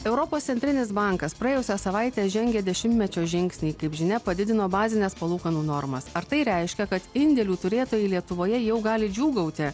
europos centrinis bankas praėjusią savaitę žengė dešimtmečio žingsnį kaip žinia padidino bazines palūkanų normas ar tai reiškia kad indėlių turėtojai lietuvoje jau gali džiūgauti